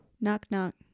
Knock-knock